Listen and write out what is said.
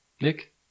Nick